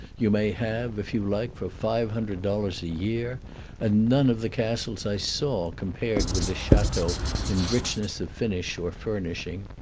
you may have, if you like, for five hundred dollars a year and none of the castles i saw compared with this chateau in richness of finish or furnishing.